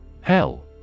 Hell